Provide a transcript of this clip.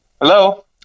Hello